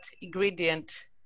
ingredient